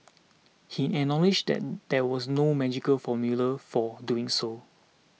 he acknowledged that there was no magical formula for doing so